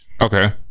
okay